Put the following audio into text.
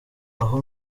aho